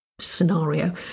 scenario